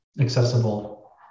accessible